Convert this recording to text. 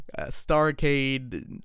StarCade